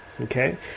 Okay